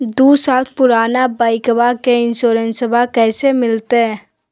दू साल पुराना बाइकबा के इंसोरेंसबा कैसे मिलते?